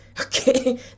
Okay